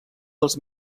dels